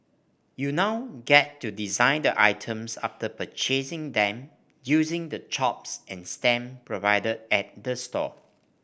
you now get to design the items after purchasing them using the chops and stamps provided at the store